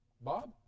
Bob